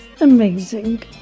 amazing